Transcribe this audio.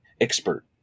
expert